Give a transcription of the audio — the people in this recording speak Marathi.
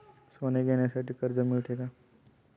सोने घेण्यासाठी कर्ज मिळते का?